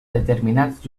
determinats